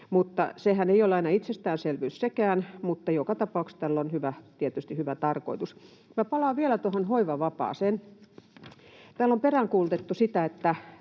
Sekään ei ole aina itsestäänselvyys, mutta joka tapauksessa tällä on tietysti hyvä tarkoitus. Palaan vielä tuohon hoivavapaaseen: Täällä on sanottu, että